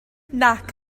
nac